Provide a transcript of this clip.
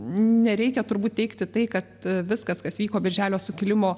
nereikia turbūt teigti tai kad viskas kas vyko birželio sukilimo